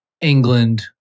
England